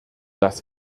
das